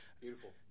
Beautiful